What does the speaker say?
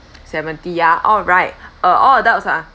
seventy ya alright uh all adults ah